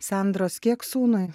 sandros kiek sūnui